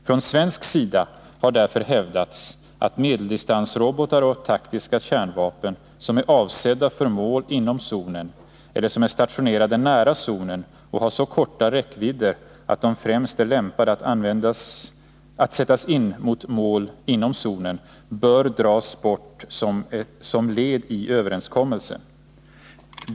Från svensk sida har därför hävdats att medeldistansrobotar och taktiska kärnvapen, som är avsedda för mål inom zonen, eller som är stationerade nära zonen och har så korta räckvidder att de främst är lämpade att sättas in mot mål inom zonen, bör dras bort som led i överenskommelsen.